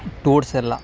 ಎಲ್ಲ